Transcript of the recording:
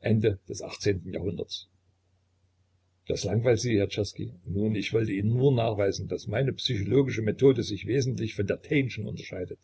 ende des achtzehnten jahrhunderts das langweilt sie herr czerski nun ich wollte ihnen nur nachweisen daß meine psychologische methode sich wesentlich von der taineschen unterscheidet